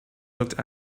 looked